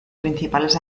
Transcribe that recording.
principales